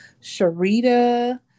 sharita